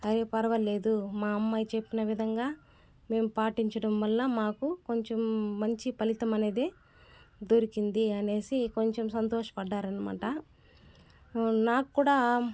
అరే పర్వాలేదు మా అమ్మాయి చెప్పిన విధంగా మేం పాటించటం వల్ల మాకు కొంచెం మంచి ఫలితం అనేది దొరికింది అనేసి కొంచెం సంతోషపడ్డారు అనమాట నాకు కూడా